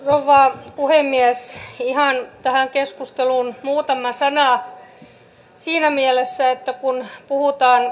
rouva puhemies ihan tähän keskusteluun muutama sana siinä mielessä että kun puhutaan